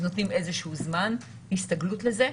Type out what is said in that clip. אז נותנים איזשהו זמן הסתגלות לזה.